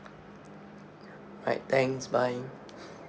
alright thanks bye